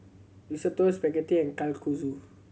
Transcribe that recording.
Risotto Spaghetti and Kalguksu